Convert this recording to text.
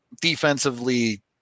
defensively